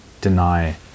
deny